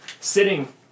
sitting